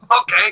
Okay